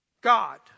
God